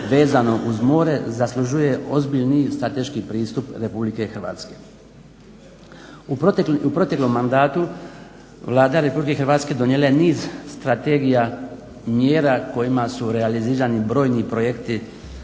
uz more zaslužuje ozbiljni strateški pristup RH. U proteklom mandatu Vlada Republike Hrvatske donijela je niz strategija, mjera kojima su realizirani brojni projekti